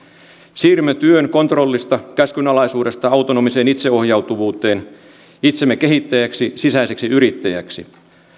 siirrymme työn kontrollista ja käskynalaisuudesta autonomiseen itseohjautuvuuteen itsemme kehittäjiksi ja sisäisiksi yrittäjiksi